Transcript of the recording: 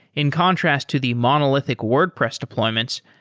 in contrast to the monolithic wordpress deployments,